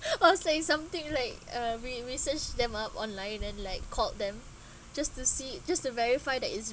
or say something like uh we research them up online and like called them just to see just to verify that is